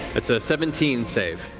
that's a seventeen save.